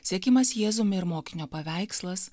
sekimas jėzumi ir mokinio paveikslas